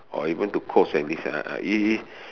or even to coach like this ah it it